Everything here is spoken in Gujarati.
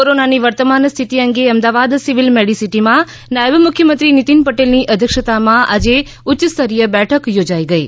કોરોનાની વર્તમાન સ્થિતિ અંગે અમદાવાદ સિવિલ મેડિસીટીમાં નાયબ મુખ્યમંત્રી નીતિન પટેલની અધ્યક્ષતામાં આજે ઉચ્યસ્તરીય બેઠક યોજાઇ ગઈ